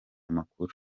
makuru